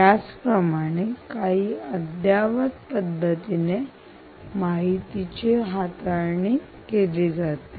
त्याचप्रमाणे काही अद्यावत पद्धतीने माहितीची हाताळणी केली जाते